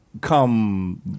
come